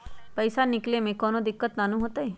पईसा निकले में कउनो दिक़्क़त नानू न होताई?